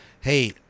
Hey